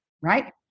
right